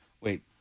Wait